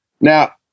Now